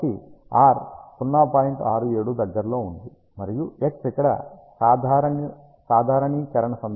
67 దగ్గరలో ఉంటుంది మరియు x ఇక్కడ సాధారణీకరణ సందర్భంలో మైనస్ 0